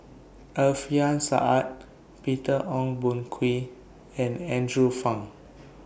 Alfian Sa'at Peter Ong Boon Kwee and Andrew Phang